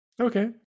Okay